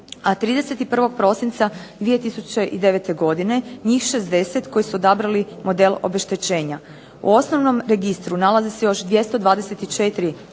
a 31. prosinca 2009. godine, njih 60 koji su odabrali model obeštećenja. U osnovnom registru nalazi se još 224